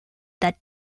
that